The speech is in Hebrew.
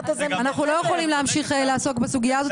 אנחנו לא יכולים להמשיך לעסוק בסוגיה זו,